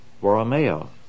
Borromeo